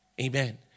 Amen